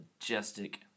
majestic